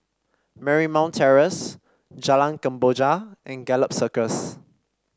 Marymount Terrace Jalan Kemboja and Gallop Circus